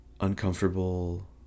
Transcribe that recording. uncomfortable